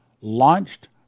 launched